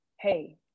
Hey